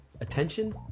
attention